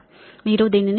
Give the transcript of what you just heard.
కాబట్టి మీరు దీనిని 37